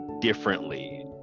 differently